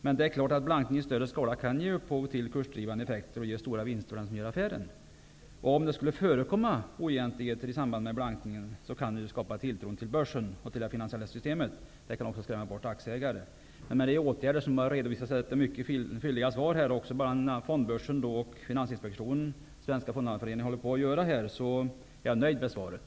Men blankning i större skala kan få kursdrivande effekter och ge stora vinster. Om det skulle förekomma oegentligheter i samband med blankningen, kan det skada tilltron till börsen och till det finansiella systemet. Det kan också skrämma bort aktieägare. Mot bakgrund av de åtgärder som har redovisats i det mycket fylliga svaret, bl.a. det som Fondbörsen, Finansinspektionen och Svenska fondhandlarföreningen är i färd med att göra, är jag nöjd med svaret.